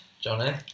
Johnny